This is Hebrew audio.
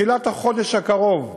בתחילת החודש הקרוב,